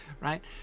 right